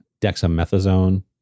dexamethasone